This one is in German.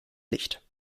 licht